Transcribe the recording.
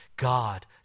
God